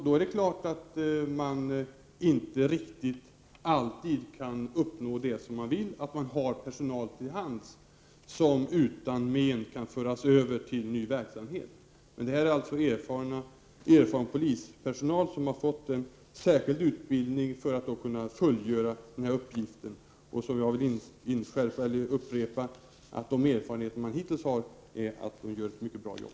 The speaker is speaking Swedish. Då kanske man inte riktigt alltid kan uppnå det man vill, så att man har personal till hands som utan men kan föras över till ny verksamhet. Men det handlar om erfaren polispersonal som har fått särskild utbildning för att kunna fullgöra den här uppgiften. Jag vill också upprepa att erfarenheterna hittills är att de här poliserna gör ett mycket bra jobb.